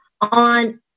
on